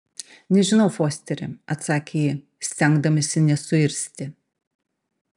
nežinau fosteri atsakė ji stengdamasi nesuirzti